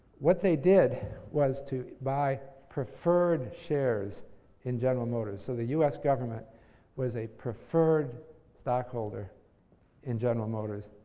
what they did was to buy preferred shares in general motors. so, the u s. government was a preferred stockholder in general motors.